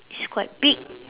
it's quite big